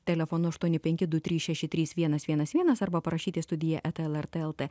telefonu aštuoni penki du trys šeši trys vienas vienas vienas arba parašyt į studija eta lrt lt